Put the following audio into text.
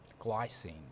glycine